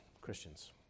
Christians